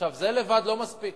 זה לבד לא מספיק.